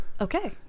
Okay